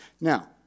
Now